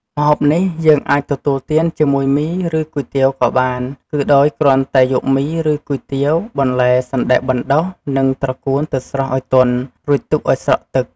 ម្ហូបនេះយើងអាចទទួលទានជាមួយមី ឬគុយទាវក៏បាន គឺដោយគ្រាន់តែយកមី ឬគុយទាវ បន្លែសណ្ដែកបណ្ដុះ និងត្រកួនទៅស្រុះឱ្យទន់ រួចទុកឱ្យស្រក់ទឹក។